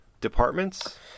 departments